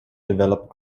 developed